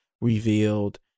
revealed